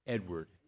Edward